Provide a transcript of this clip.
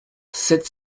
sept